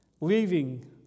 Leaving